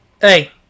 Hey